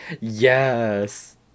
Yes